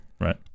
right